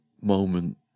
moment